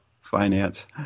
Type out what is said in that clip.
finance